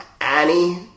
Annie